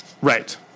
Right